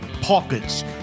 pockets